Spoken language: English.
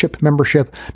membership